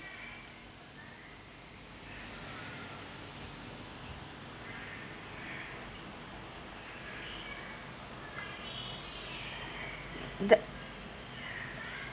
the